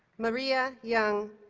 maria yang,